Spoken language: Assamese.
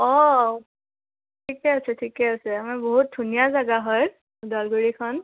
অঁ ঠিকে আছে ঠিকে আছে আমাৰ বহুত ধুনীয়া জেগা হয় ওদালগুৰিখন